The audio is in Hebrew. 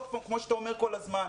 כמו שאתה אומר כל הזמן,